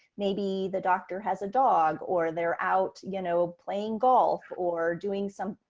maybe the doctor has a dog or they're out, you know, playing golf or doing some,